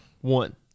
one